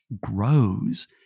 grows